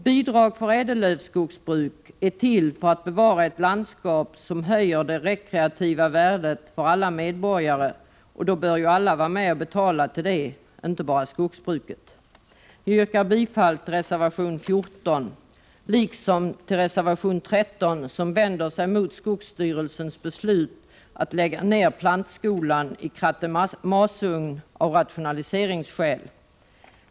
Bidrag för ädellövskogsbruk är till för att bevara ett landskap som höjer det rekreativa värdet för alla medborgare, och då bör ju alla vara med och betala detta, inte bara skogsbruket. Jag yrkar bifall till reservation 14 liksom till reservation 13, där man går emot skogsstyrelsens beslut att lägga ned plantskolan i Kratte Masugn av rationaliseringsskäl.